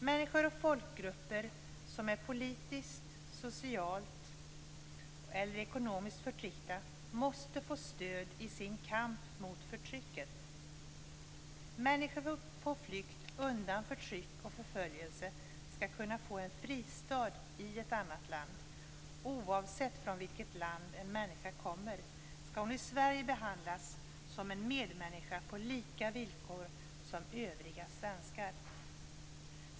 Människor och folkgrupper som är politiskt, socialt eller ekonomiskt förtryckta måste få stöd i sin kamp mot förtrycket. Människor på flykt undan förtryck och förföljelse skall kunna få en fristad i ett annat land. Oavsett från vilket land en människa kommer, skall hon i Sverige behandlas som en medmänniska på lika villkor som övriga svenskar.